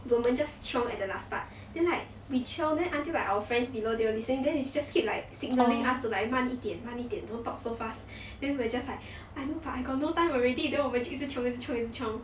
我们 just chiong at the last part then like we chiong then until like our friends you know they were listening then they just keep like signalling us to like 慢一点慢一点 don't talk so fast then we were just like I know but I got no time already then 我们就一直 chiong 一直 chiong 一直 chiong